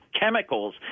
Chemicals